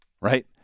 right